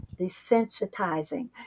desensitizing